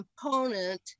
component